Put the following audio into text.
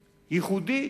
ייחודית.